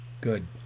Good